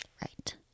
Right